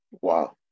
Wow